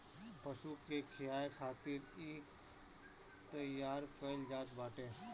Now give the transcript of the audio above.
पशु के खियाए खातिर इ तईयार कईल जात बाटे